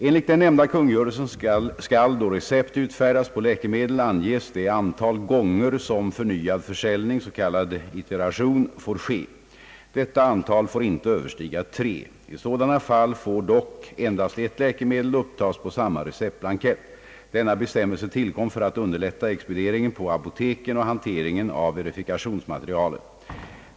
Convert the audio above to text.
Enligt den nämnda kungörelsen skall då recept utfärdas på läkemedel anges det antal gånger som förnyad försäljning får ske. Detta antal får inte överstiga tre. I sådana fall får dock endast ett läkemedel upptas på samma receptblankett. Denna bestämmelse tillkom för att underlätta expedieringen på apoteken och hanteringen av verifikationsmaterialet.